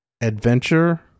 adventure